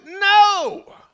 No